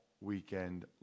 weekend